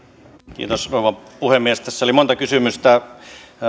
rouva puhemies tässä oli monta kysymystä